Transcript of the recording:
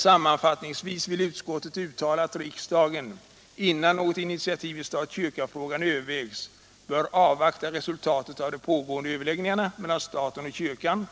Sammanfattningsvis vill utskottet uttala att riksdagen innan något initiativ i stat-kyrka-frågan övervägs bör avvakta resultatet av de pågående överläggningarna mellan staten och kyrkan